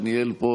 שניהל פה,